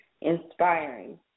inspiring